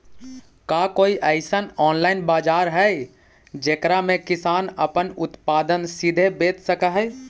का कोई अइसन ऑनलाइन बाजार हई जेकरा में किसान अपन उत्पादन सीधे बेच सक हई?